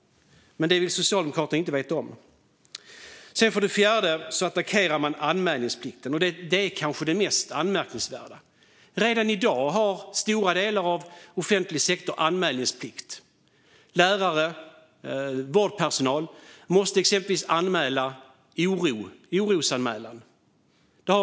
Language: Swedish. Men detta vill Socialdemokraterna inte veta av. Att man attackerar anmälningsplikten är kanske det mest anmärkningsvärda. Redan i dag har stora delar av offentlig sektor anmälningsplikt. Lärare och vårdpersonal måste göra orosanmälan.